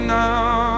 now